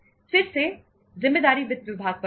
फिर से जिम्मेदारी वित्त विभाग पर होगी